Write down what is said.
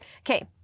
okay